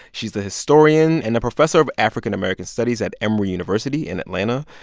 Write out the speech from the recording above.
she's a historian and a professor of african-american studies at emory university in atlanta.